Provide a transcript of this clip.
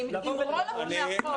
במקום שתהיה בחירה.